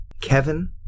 Kevin